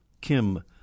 Kim